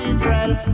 Israel